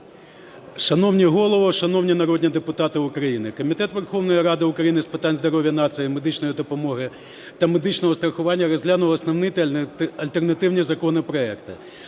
Шановний Голово, шановні народні депутати України! Комітету Верховної Ради України з питань здоров’я нації, медичної допомоги та медичного страхування розглянув основний та альтернативний законопроекти: